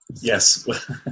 yes